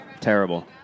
Terrible